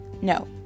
No